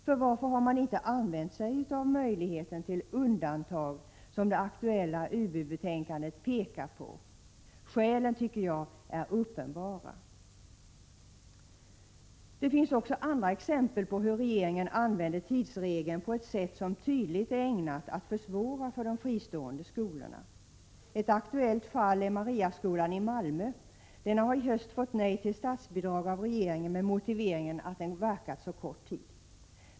För varför har man inte använt sig av möjligheten till undantag som det aktuella betänkandet från utbildningsutskottet pekar på? Skälen tycker jag är uppenbara. Det finns också andra exempel på hur regeringen använder tidsregeln på ett sätt som tydligen är ägnat att försvåra för de fristående skolorna. Ett aktuellt fall är Mariaskolan i Malmö. Den har i höst fått nej till statsbidrag av regeringen med motiveringen att den verkat så kort tid.